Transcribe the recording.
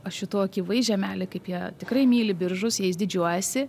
aš jutau akivaizdžią meilę kaip jie tikrai myli biržus jais didžiuojasi